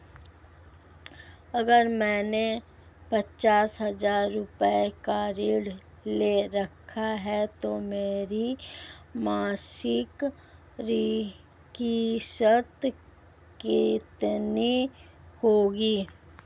अगर मैंने पचास हज़ार रूपये का ऋण ले रखा है तो मेरी मासिक किश्त कितनी होगी?